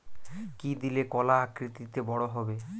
কি দিলে কলা আকৃতিতে বড় হবে?